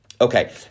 Okay